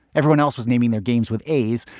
everyone else was naming their games with a's,